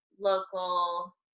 local